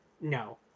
no